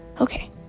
Okay